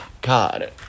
God